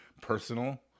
personal